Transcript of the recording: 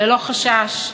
ללא חשש,